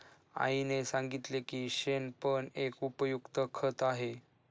आईने सांगितले की शेण पण एक उपयुक्त खत आहे